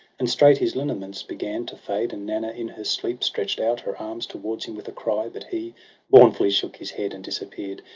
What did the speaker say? and straight his lineaments began to fade and nanna in her sleep stretch'd out her arms towards him with a cry a but he mournfully shook his head, and disappear'd.